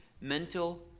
mental